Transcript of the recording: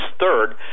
third